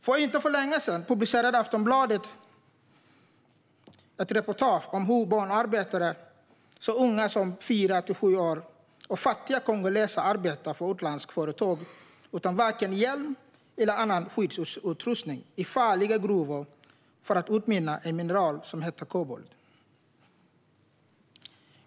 För inte så länge sedan publicerade Aftonbladet ett reportage om hur barnarbetare så unga som fyra till sju år och fattiga kongoleser arbetar för utländska företag i farliga gruvor, utan vare sig hjälm eller annan skyddsutrustning, för att utvinna ett mineral som heter kobolt.